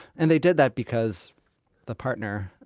and they did that because the partner,